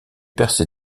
percée